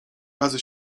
razy